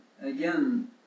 again